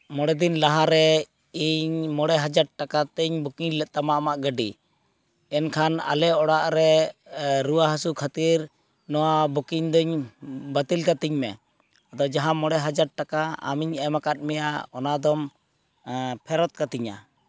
ᱢᱚᱬᱮ ᱫᱤᱱ ᱞᱟᱦᱟᱨᱮ ᱤᱧ ᱢᱚᱬᱮ ᱦᱟᱡᱟᱨ ᱴᱟᱠᱟ ᱛᱤᱧ ᱵᱩᱠᱤᱝ ᱞᱮᱫ ᱛᱟᱢᱟ ᱟᱢᱟᱜ ᱜᱟᱹᱰᱤ ᱮᱱᱠᱷᱟᱱ ᱟᱞᱮ ᱚᱲᱟᱜ ᱨᱮ ᱨᱩᱣᱟᱹ ᱦᱟᱹᱥᱩ ᱠᱷᱟᱹᱛᱤᱨ ᱱᱚᱣᱟ ᱵᱩᱠᱤᱝ ᱫᱚᱧ ᱵᱟᱹᱛᱤᱞ ᱠᱟᱹᱛᱤᱧ ᱢᱮ ᱟᱫᱚ ᱡᱟᱦᱟᱸ ᱢᱚᱬᱮ ᱦᱟᱡᱟᱨ ᱴᱟᱠᱟ ᱟᱢᱤᱧ ᱮᱢ ᱟᱠᱟᱫ ᱢᱮᱭᱟ ᱚᱱᱟᱫᱚᱢ ᱯᱷᱮᱨᱚᱛ ᱠᱟᱛᱤᱧᱟ